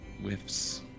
Whiffs